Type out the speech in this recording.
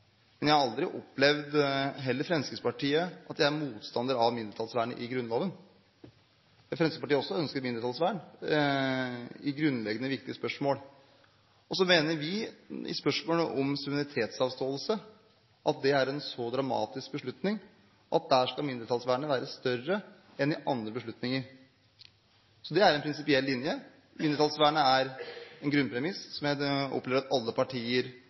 men jeg har aldri opplevd – heller ikke i Fremskrittspartiet – motstandere av mindretallsvernet i Grunnloven. Fremskrittspartiet ønsker også et mindretallsvern i grunnleggende viktige spørsmål. Vi mener – i spørsmålet om suverenitetsavståelse – at det er en så dramatisk beslutning at der skal mindretallsvernet være større enn i andre beslutninger. Det er en prinsipiell linje. Mindretallsvernet er en grunnpremiss som jeg opplever at alle partier